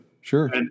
Sure